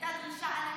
הייתה דרישה ענקית,